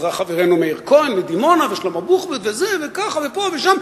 וחברינו מאיר כהן מדימונה ושלמה בוחבוט וזה וככה ופה ושם,